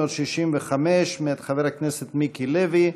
365, מאת חבר הכנסת מיקי לוי.